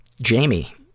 Jamie